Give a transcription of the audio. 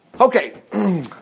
Okay